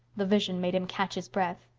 the vision made him catch his breath.